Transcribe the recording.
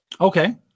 Okay